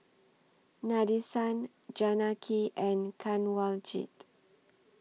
Nadesan Janaki and Kanwaljit